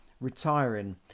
retiring